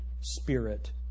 Spirit